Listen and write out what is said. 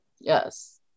Yes